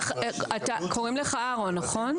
קוראים לך אהרון, נכון?